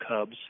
cubs